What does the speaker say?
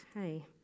Hey